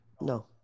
No